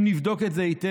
אם נבדוק את זה היטב,